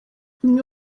bimwe